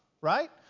right